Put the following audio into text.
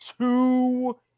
two